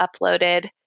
uploaded